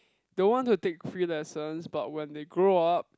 don't want to take free lessons but when they grow up